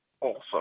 awesome